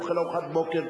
אוכל ארוחת בוקר,